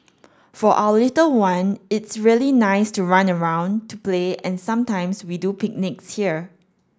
for our little one it's really nice to run around to play and sometimes we do picnics here